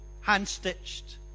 hand-stitched